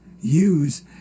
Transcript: use